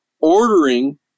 ordering